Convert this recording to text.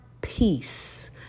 peace